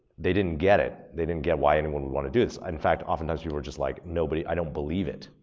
they didn't get it. they didn't get why anyone would wanna do this. in fact, oftentimes people were just like nobody, i don't believe it,